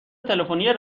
تلفنی